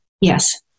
Yes